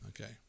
Okay